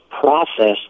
process